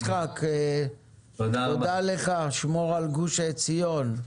יצחק, תודה לך, שמור על גוש עציון,